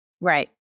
Right